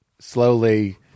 slowly